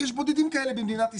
יש בודדים כאלה במדינת ישראל.